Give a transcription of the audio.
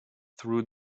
through